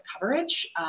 coverage